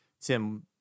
Tim